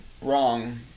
wrong